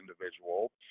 individual